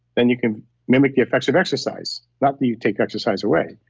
then you can mimic the effects of exercise. not that you take exercise away,